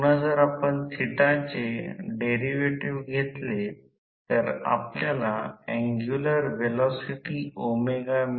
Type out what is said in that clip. तर म्हणून प्राप्त परिणाम हे मॉडेल बर्याच कमी अचूक आणि चुंबकीय शंट शाखा आहेत जी चा प्रवाह I0 जवळजवळ 90 डिग्री मागे आहे